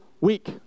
week